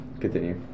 continue